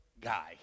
guy